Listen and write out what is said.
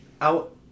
out